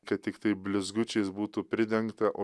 kad tiktai blizgučiais būtų pridengta o